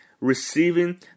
receiving